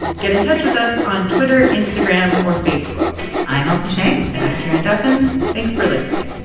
get in touch with us on twitter, instagram or facebook i'm ailsa chang and i'm karen duffin. thanks for listening